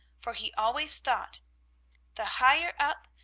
for he always thought the higher up,